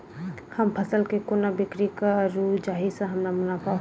हम फसल केँ कोना बिक्री करू जाहि सँ हमरा मुनाफा होइ?